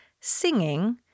singing